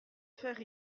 faire